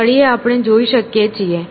તળિયે આપણે જોઈ શકીએ છીએ